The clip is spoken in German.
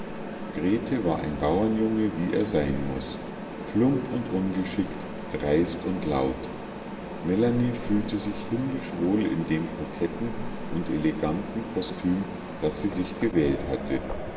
grete war ein bauernjunge wie er sein muß plump und ungeschickt dreist und laut melanie fühlte sich himmlisch wohl in dem koketten und eleganten kostüm das sie sich gewählt hatte